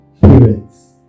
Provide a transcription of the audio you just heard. parents